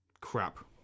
Crap